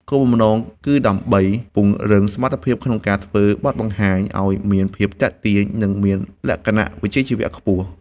គោលបំណងគឺដើម្បីពង្រឹងសមត្ថភាពក្នុងការធ្វើបទបង្ហាញ ឱ្យមានភាពទាក់ទាញ និងមានលក្ខណៈវិជ្ជាជីវៈខ្ពស់។